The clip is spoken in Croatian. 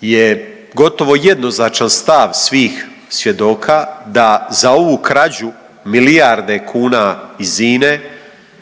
je gotovo jednoznačan stav svih svjedoka da za ovu krađu milijarde kuna iz